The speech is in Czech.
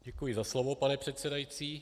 Děkuji za slovo, pane předsedající.